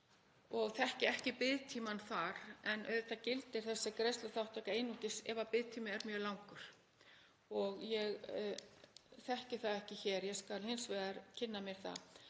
og þekki ekki biðtímann þar en auðvitað gildir þessi greiðsluþátttaka einungis ef biðtíminn er mjög langur. Ég þekki það ekki hér, ég skal hins vegar kynna mér það